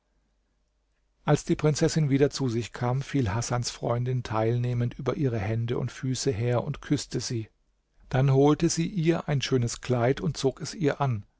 als die prinzessin wieder zu sich kam fiel hasans freundin teilnehmend über ihre hände und füße her und küßte sie dann holte sie ihr ein schönes kleid und zog es ihr an